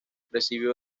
recibió